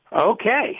Okay